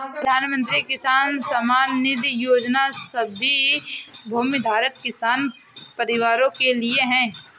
प्रधानमंत्री किसान सम्मान निधि योजना सभी भूमिधारक किसान परिवारों के लिए है